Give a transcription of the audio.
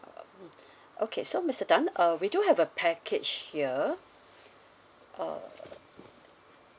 mm okay so mister tan uh we do have a package here uh